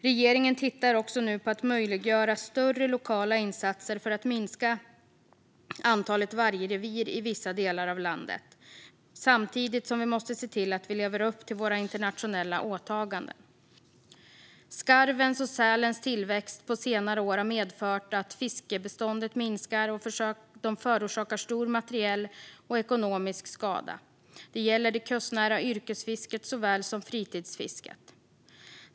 Regeringen tittar nu också på att möjliggöra större lokala insatser för att minska antalet vargrevir i vissa delar av landet. Samtidigt måste vi se till att vi lever upp till våra internationella åtaganden. Skarvens och sälens tillväxt på senare år har medfört att fiskbeståndet minskar, och de förorsakar stor materiell och ekonomisk skada. Det gäller det kustnära yrkesfisket såväl som fritidsfisket.